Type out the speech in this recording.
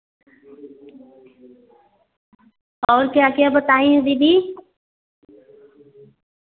और क्या क्या बताई हैं दीदी